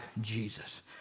Jesus